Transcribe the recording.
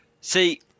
see